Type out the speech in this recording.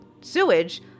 sewage